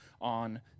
on